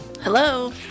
Hello